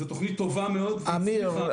זאת תוכנית טובה מאוד שהצליחה --- אמיר,